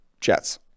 Jets